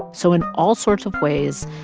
so in all sorts of ways,